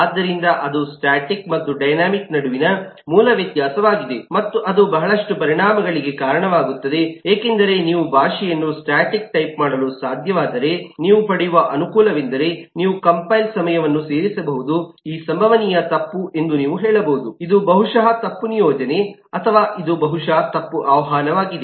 ಆದ್ದರಿಂದ ಅದು ಸ್ಟಾಟಿಕ್ ಮತ್ತು ಡೈನಾಮಿಕ್ ನಡುವಿನ ಮೂಲ ವ್ಯತ್ಯಾಸವಾಗಿದೆ ಮತ್ತು ಅದು ಬಹಳಷ್ಟು ಪರಿಣಾಮಗಳಿಗೆ ಕಾರಣವಾಗುತ್ತದೆ ಏಕೆಂದರೆ ನೀವು ಭಾಷೆಯನ್ನು ಸ್ಟಾಟಿಕ್ ಟೈಪ್ ಮಾಡಲು ಸಾಧ್ಯವಾದರೆ ನೀವು ಪಡೆಯುವ ಅನುಕೂಲವೆಂದರೆ ನೀವು ಕಂಪೈಲ್ ಸಮಯವನ್ನು ಸೇರಿಸಬಹುದುಈ ಸಂಭವನೀಯ ತಪ್ಪು ಎಂದು ನೀವು ಹೇಳಬಹುದು ಇದು ಬಹುಶಃ ತಪ್ಪು ನಿಯೋಜನೆ ಅಥವಾ ಇದು ಬಹುಶಃ ತಪ್ಪು ಆಹ್ವಾನವಾಗಿದೆ